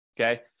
okay